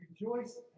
Rejoice